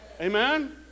Amen